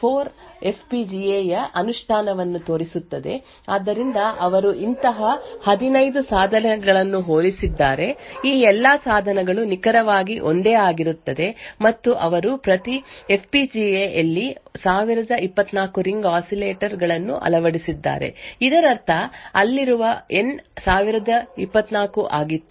ಆದ್ದರಿಂದ ಈ ಕಾಗದವು ring oscillator PUF vertex 4 F P G A ಯ ಅನುಷ್ಠಾನವನ್ನು ತೋರಿಸುತ್ತದೆ ಆದ್ದರಿಂದ ಅವರು ಅಂತಹ 15 ಸಾಧನಗಳನ್ನು ಹೋಲಿಸಿದ್ದಾರೆ ಈ ಎಲ್ಲಾ ಸಾಧನಗಳು ನಿಖರವಾಗಿ ಒಂದೇ ಆಗಿರುತ್ತವೆ ಮತ್ತು ಅವರು ಪ್ರತಿ ಫ್ ಪಿ ಜಿ ಎ ಯಲ್ಲಿ 1024 ರಿಂಗ್ ಆಸಿಲೇಟರ್ ಗಳನ್ನು ಅಳವಡಿಸಿದ್ದಾರೆ ಇದರರ್ಥ ಅಲ್ಲಿರುವ N 1024 ಆಗಿತ್ತು